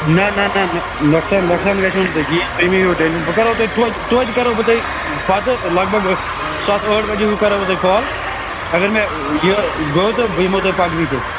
نہَ نہَ نہَ نہَ نۄقصان نۄقصان گژھو نہٕ تۄہہِ کِہیٖنٛۍ تُہۍ مہٕ ہیٚیِو ٹٮ۪نشَن بہٕ کَرہو تۄہہِ توتہِ توتہِ کَرہو بہٕ تۄہہِ پَتہٕ لَگ بَگ سَتھ ٲٹھ بَجے ہیٛوٗ کَرو بہٕ تۄہہِ کال اَگر مےٚ یہِ گوٚو تہٕ بہٕ یِمو تۄہہِ پَگہٕے تیٚلہِ